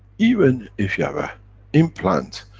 even, if you have a implant,